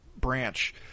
branch